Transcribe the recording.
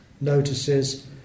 notices